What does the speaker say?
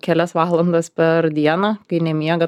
kelias valandas per dieną kai nemiega